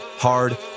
hard